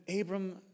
Abram